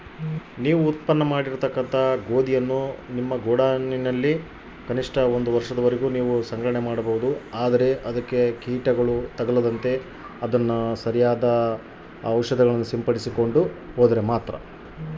ನಾನು ನನ್ನ ಉತ್ಪನ್ನವಾದ ಗೋಧಿಯನ್ನು ಎಷ್ಟು ಸಮಯದವರೆಗೆ ಮತ್ತು ಹೇಗೆ ಸಂಗ್ರಹಣೆ ಮಾಡಬಹುದು?